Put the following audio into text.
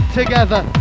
together